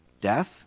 Death